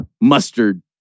mustard